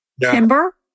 timber